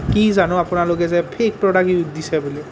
কি জানো আপোনালোকে যে ফেক প্ৰডাক্ট দিছে বুলি